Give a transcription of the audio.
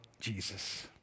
Jesus